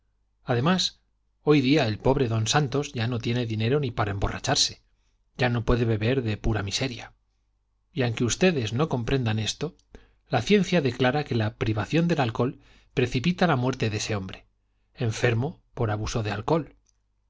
además hoy día el pobre don santos ya no tiene dinero ni para emborracharse ya no puede beber de pura miseria y aunque ustedes no comprendan esto la ciencia declara que la privación del alcohol precipita la muerte de ese hombre enfermo por abuso del alcohol